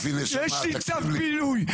יש לי צו פינוי.